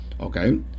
okay